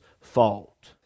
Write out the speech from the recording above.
fault